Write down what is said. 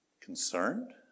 concerned